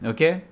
Okay